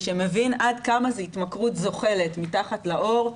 שמבין עד כמה זו התמכרות זוחלת מתחת לעור.